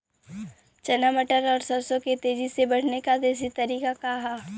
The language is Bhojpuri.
चना मटर और सरसों के तेजी से बढ़ने क देशी तरीका का ह?